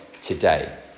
today